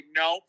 no